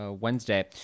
Wednesday